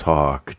Talk